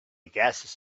gases